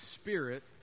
Spirit